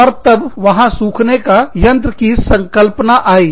और तब वहां सुखाने का यंत्र की संकल्पना आयी